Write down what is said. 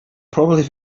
probably